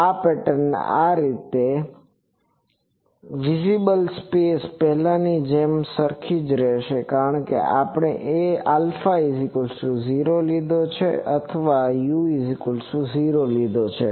આ પેટર્ન આ રીતે છે વિઝિબલ સ્પેસ પહેલા ની જેમ સરખીજ રહેશે કારણ કે આપણે α0 લીધો છે અથવા u00 લીધો છે